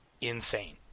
insane